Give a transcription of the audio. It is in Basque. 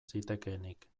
zitekeenik